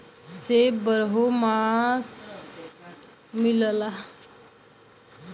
सेब बारहो मास मिलला